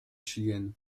chilienne